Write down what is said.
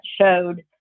showed